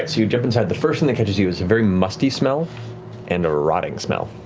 you jump inside. the first thing that catches you is a very musty smell and a rotting smell.